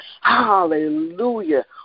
Hallelujah